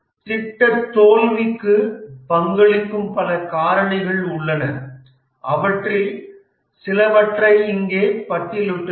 திட்ட தோல்விக்கு பங்களிக்கும் பல காரணிகள் உள்ளன அவற்றில் சிலவற்றை இங்கே பட்டியலிடபட்டுள்ளன